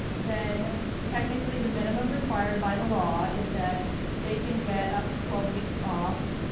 then technically the minimum required by the law is that they can get up to twelve weeks off,